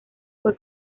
fue